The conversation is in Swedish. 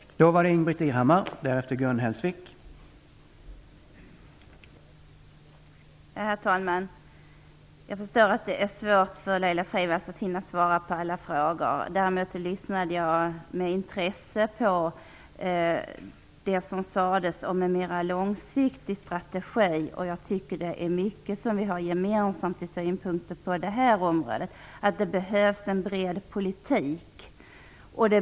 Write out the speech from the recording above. Kan detta vara riktigt?